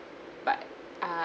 but uh